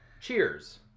cheers